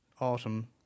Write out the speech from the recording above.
autumn